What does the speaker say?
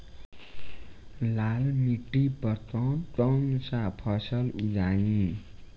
लाल मिट्टी पर कौन कौनसा फसल उगाई?